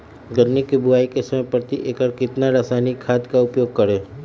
गन्ने की बुवाई के समय प्रति एकड़ कितना रासायनिक खाद का उपयोग करें?